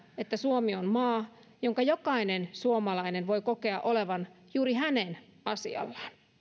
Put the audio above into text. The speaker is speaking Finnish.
että suomi on maa jonka jokainen suomalainen voi kokea olevan juuri hänen asiallaan